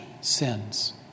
sins